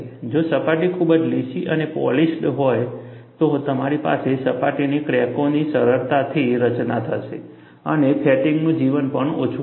જો સપાટી ખૂબ જ લીસી અને પોલિશ્ડ ન હોય તો તમારી પાસે સપાટીની ક્રેકોની સરળતાથી રચના થશે અને ફેટિગનું જીવન પણ ઓછું હશે